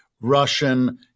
Russian